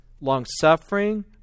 long-suffering